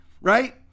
right